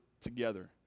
together